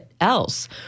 else